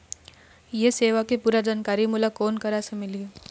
ये सेवा के पूरा जानकारी मोला कोन करा से मिलही?